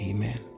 Amen